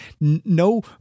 No